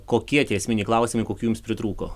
kokie tie esminiai klausimai kokių jums pritrūko